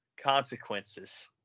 consequences